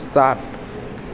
સાત